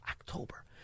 October